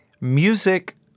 music